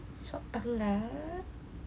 short tongue lah